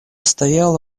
стояла